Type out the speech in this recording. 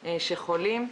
שחולים.